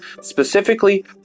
specifically